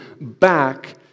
back